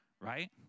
Right